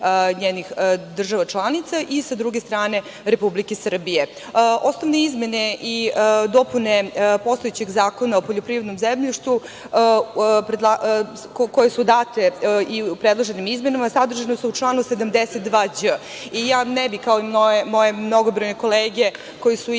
njenih država članica i sa druge strane Republike Srbije. Osnovne izmene i dopune postojećeg Zakona o poljoprivrednom zemljištu koje su date i u predloženim izmenama, sadržane su u članu 72đ. Ne bih, kao i moje mnogobrojne kolege koji su i juče